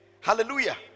Hallelujah